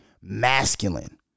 masculine